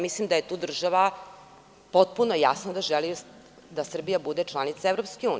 Mislim da je tu država potpuno jasna da želi da Srbija bude članica EU.